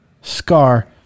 Scar